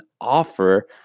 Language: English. offer